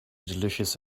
delicious